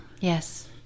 yes